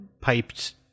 piped